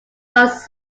bus